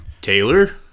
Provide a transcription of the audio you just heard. Taylor